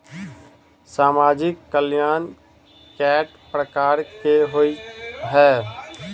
सामाजिक कल्याण केट प्रकार केँ होइ है?